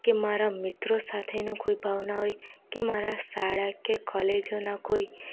કે મારા મિત્રોને સાથેનો કોઈ ભાવના હોય કે મારા શાળા કે કોલેજોના કોઈ